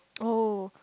oh